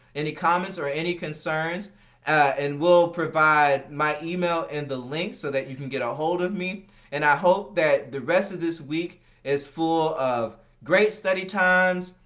any comments or any concerns and we'll provide my email in the links so that you can get ahold of me and i hope that the rest of this week is full of great study times,